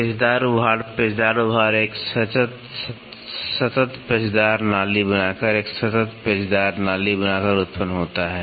पेचदार उभाड़ पेचदार उभाड़ एक सतत पेचदार नाली बनाकर एक सतत पेचदार नाली बनाकर उत्पन्न होता है